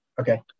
Okay